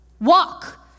walk